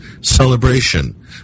celebration